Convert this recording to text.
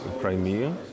Crimea